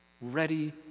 ready